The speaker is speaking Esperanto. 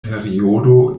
periodo